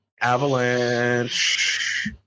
Avalanche